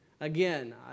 Again